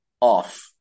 off